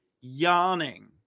yawning